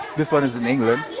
this one is in england.